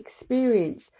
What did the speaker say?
experience